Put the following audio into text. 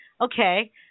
Okay